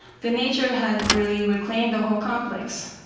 the nature had really reclaimed the whole complex.